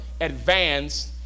advanced